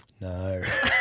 No